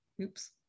Oops